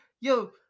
yo